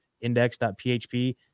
index.php